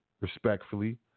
respectfully